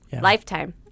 Lifetime